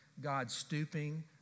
God-stooping